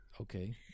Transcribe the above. okay